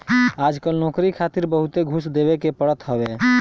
आजकल नोकरी खातिर बहुते घूस देवे के पड़त हवे